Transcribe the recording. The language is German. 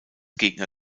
gegner